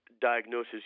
diagnosis